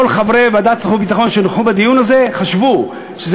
כל חברי ועדת החוץ והביטחון שנכחו בדיון הזה חשבו שזה